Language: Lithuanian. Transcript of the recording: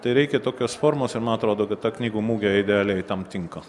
tai reikia tokios formos ir man atrodo kad ta knygų mugė idealiai tam tinka